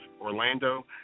Orlando